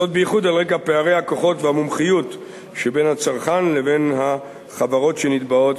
בייחוד על רקע פערי הכוחות והמומחיות שבין הצרכן לבין החברות שנתבעות.